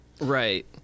Right